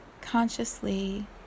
consciously